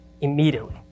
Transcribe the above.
immediately